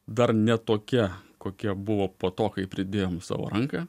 dar ne tokia kokia buvo po to kai pridėjom savo ranką